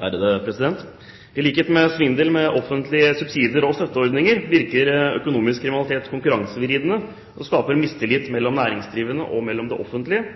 oppfølgingsspørsmål. I likhet med svindel med offentlige subsidier og støtteordninger virker økonomisk kriminalitet konkurransevridende og skaper mistillit mellom næringsdrivende og mellom det offentlige